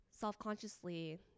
self-consciously